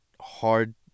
hard